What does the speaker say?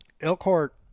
Elkhart